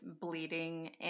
bleeding